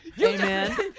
Amen